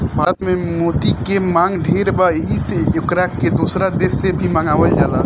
भारत में मोती के मांग ढेर बा एही से एकरा के दोसर देश से भी मंगावल जाला